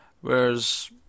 Whereas